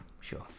Sure